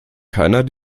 keiner